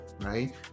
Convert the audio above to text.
right